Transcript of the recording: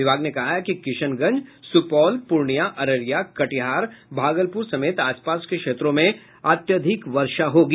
विभाग ने कहा है कि किशनगंज सुपौल पूर्णियां अररिया कटिहार भागलपुर समेत आसपास के क्षेत्रों में अत्यधिक वर्षा होगी